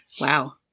Wow